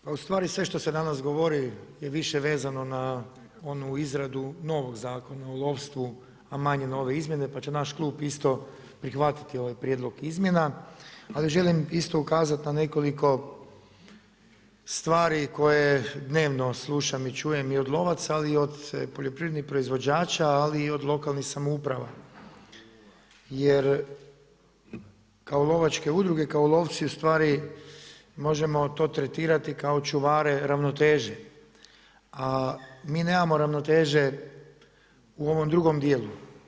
Pa ustvari sve što se danas govori je više vezano na onu izradu novog Zakona o lovstvu, a manje na ove izmjene, pa će naš klub isto prihvatiti ovaj prijedlog izmjena, ali želim isto ukazat na nekoliko stvari koje dnevno slušam i čujem i od lovaca ali i od poljoprivrednih proizvođača, ali i od lokalnih samouprava, jer kako lovačke udruge, kao lovci, ustvari možemo to tretirati kao čuvare ravnoteže, a mi nemamo ravnoteže u ovom drugom dijelu.